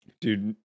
Dude